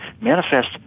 Manifest